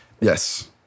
Yes